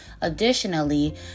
Additionally